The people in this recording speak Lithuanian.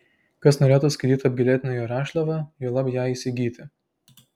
kas norėtų skaityti apgailėtiną jo rašliavą juolab ją įsigyti